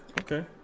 okay